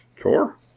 Sure